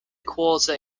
quarter